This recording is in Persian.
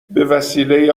بهوسیله